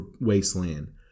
Wasteland